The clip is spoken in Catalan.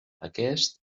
aquest